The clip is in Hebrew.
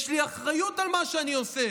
יש לי אחריות על מה שאני עושה.